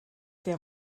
der